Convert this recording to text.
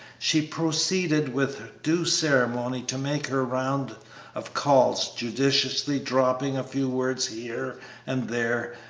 she proceeded with due ceremony to make her round of calls, judiciously dropping a few words here and there,